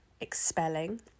expelling